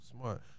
smart